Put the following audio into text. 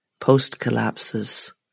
post-collapses